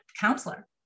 counselor